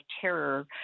terror